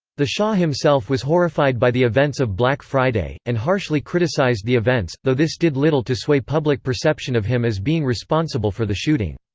the shah himself was horrified by the events of black friday, and harshly criticized the events, though this did little to sway public perception of him as being responsible for the shooting.